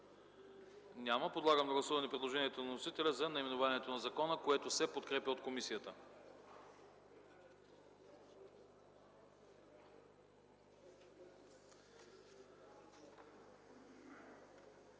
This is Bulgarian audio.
Няма. Подлагам на гласуване предложението на вносителя за наименованието на закона, което се подкрепя от комисията.